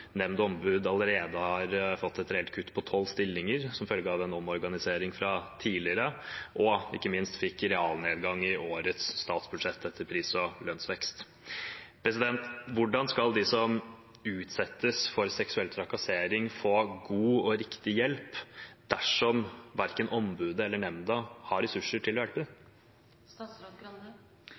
ombud allerede har fått et reelt kutt på tolv stillinger som følge av tidligere omorganisering. I tillegg fikk de realnedgang i årets statsbudsjett etter pris- og lønnsvekst. Hvordan skal de som utsettes for seksuell trakassering, få god og riktig hjelp dersom verken ombudet eller nemnda har ressurser til å hjelpe